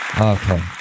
Okay